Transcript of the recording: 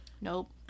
Nope